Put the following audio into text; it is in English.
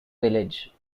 village